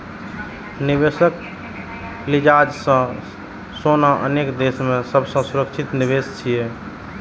निवेशक लिजाज सं सोना अनेक देश मे सबसं सुरक्षित निवेश छियै